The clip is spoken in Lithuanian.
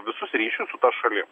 visus ryšius su ta šali